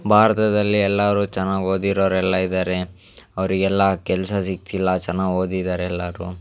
ಭಾರತದಲ್ಲಿ ಎಲ್ಲರೂ ಚೆನ್ನಾಗಿ ಓದಿರೋರು ಎಲ್ಲ ಇದ್ದಾರೆ ಅವರಿಗೆಲ್ಲ ಕೆಲಸ ಸಿಕ್ಕಿಲ್ಲ ಚೆನ್ನಾಗಿ ಓದಿದ್ದಾರೆ ಎಲ್ಲರೂ